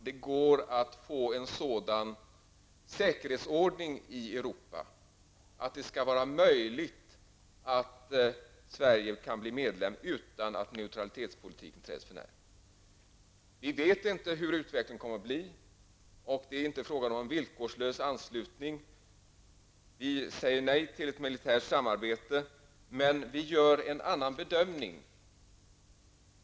Det går att få till stånd en sådan säkerhet i Europa att det kan bli möjligt att Sverige blir medlem utan att neutralitetspolitiken träds för när. Vi vet inte hur utvecklingen blir. Det är inte fråga om någon villkorslös anslutning. Vi säger nej till ett militärt samarbete, men vi gör alltså en annan bedömning.